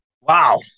Wow